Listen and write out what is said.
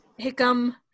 Hickam